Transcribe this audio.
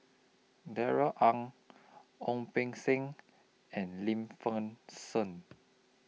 Darrell Ang Ong Beng Seng and Lim Fei Shen